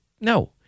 no